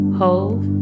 hold